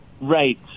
Right